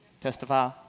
Testify